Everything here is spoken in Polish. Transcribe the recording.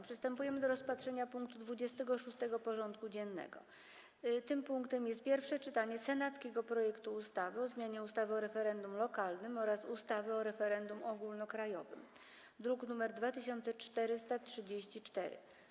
Przystępujemy do rozpatrzenia punktu 26. porządku dziennego: Pierwsze czytanie senackiego projektu ustawy o zmianie ustawy o referendum lokalnym oraz ustawy o referendum ogólnokrajowym (druk nr 2434)